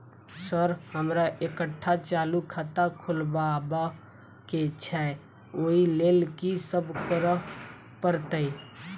Sir हमरा एकटा चालू खाता खोलबाबह केँ छै ओई लेल की सब करऽ परतै?